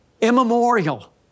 immemorial